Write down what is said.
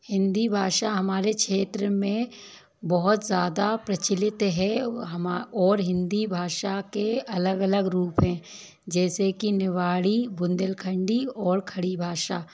हिंदी भाषा हमारे क्षेत्र में बहुत ज़्यादा प्रचलित है हमार और हिंदी भाषा के अलग अलग रूप है जैसे कि मेवाड़ी बुंदेलखंडी और खड़ी भाषा